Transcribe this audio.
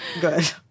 good